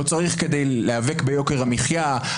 לא צריך כדי להיאבק ביוקר המחיה,